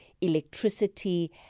electricity